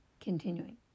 Continuing